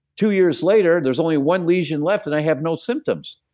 two years later there's only one lesion left, and i have no symptoms.